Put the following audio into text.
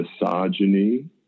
misogyny